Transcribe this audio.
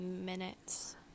minutes